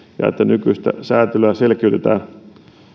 ja että nykyistä säätelyä selkiytetään